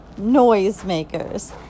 noisemakers